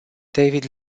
david